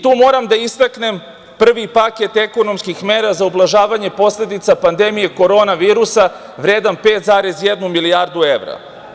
Tu moram da istaknem prvi paket ekonomskih mera za ublažavanje posledica pandemije korona virusa, vredan 5,1 milijardu evra.